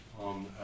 on